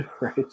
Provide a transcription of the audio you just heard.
Right